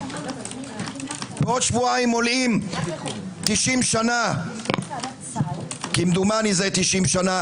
עוד שבועיים מולאים 90 שנה כמדומני 90 שנה